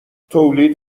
تولید